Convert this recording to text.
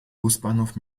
busbahnhof